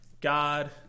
God